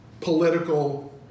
political